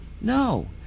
No